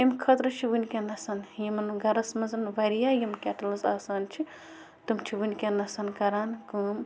امۍ خٲطرٕ چھِ وٕنکٮ۪نَس یَمَن گَرَس منٛز واریاہ یِم کٮ۪ٹلٕز آسان چھِ تِم چھِ وٕنکٮ۪نَس کَران کٲم